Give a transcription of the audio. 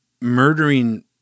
murdering